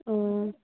অ'